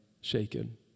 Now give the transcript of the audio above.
shaken